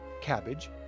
cabbage